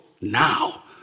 now